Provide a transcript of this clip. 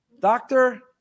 Doctor